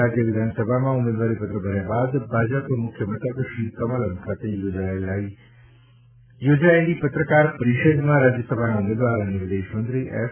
રાજ્ય વિધાનસભામાં ઉમેદવારીપત્ર ભર્યા બાદ ભાજપ મુખ્યમથક શ્રી કમલમ ખાતે યોજાયેલી પત્રકાર પરિષદમાં રાજ્યસભાના ઉમેદવાર અને વિદેશમંત્રી એસ